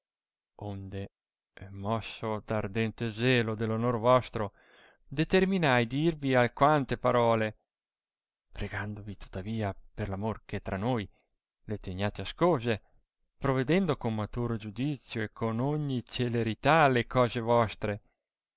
onde mosso d ardente zelo dell onor vostro determinai dirvi alquante parole pregandovi tuttavia per amor che è tra noi le teniate ascose provedendo con maturo giudizio e con ogni celerità alle cose vostre